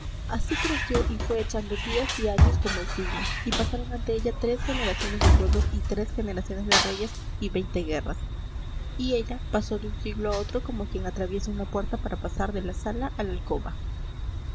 así creció y fue echando días y años como el siglo y pasaron ante ella tres generaciones de pueblos y tres generaciones de reyes y veinte guerras y ella pasó de un siglo a otro como quien atraviesa una puerta para pasar de la sala a la alcoba